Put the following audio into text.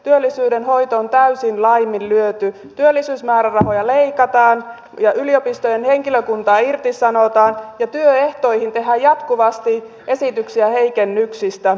työllisyyden hoito on täysin laiminlyöty työllisyysmäärärahoja leikataan yliopistojen henkilökuntaa irtisanotaan ja työehtoihin tehdään jatkuvasti esityksiä heikennyksistä